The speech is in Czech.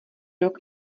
rok